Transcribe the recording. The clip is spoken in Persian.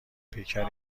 پیکر